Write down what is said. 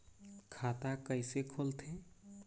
खाता कइसे खोलथें?